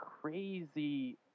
crazy